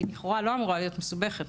היא לכאורה לא אמורה להיות מסובכת,